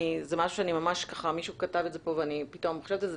מישהו כתב את זה פה ואני פתאום חושבת על זה,